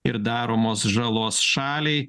ir daromos žalos šaliai